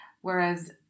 whereas